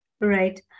Right